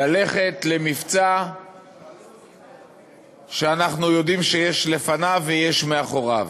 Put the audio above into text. ללכת למבצע שאנחנו יודעים שיש לפניו ויש אחריו,